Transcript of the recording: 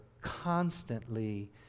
constantly